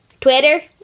Twitter